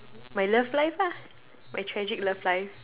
my love life lah my tragic love life